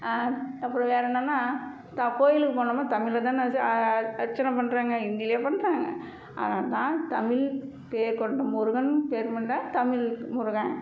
அப்புறம் வேறே என்னன்னால் தா கோவிலுக்கு போனோம்னால் தமிழில தான் இது அ அர்ச்சனை பண்றாங்க ஹிந்திலேயா பண்றாங்க அதனால் தான் தமிழ் பேர் கொண்ட முருகன் பேர் கொண்ட தமிழ் முருகன்